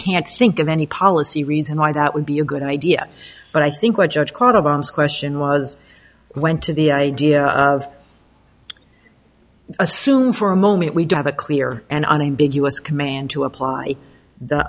can't think of any policy reason why that would be a good idea but i think what judge called obama's question was went to the idea of assume for a moment we do have a clear and unambiguous command to apply the